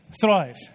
thrive